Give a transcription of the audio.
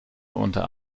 unter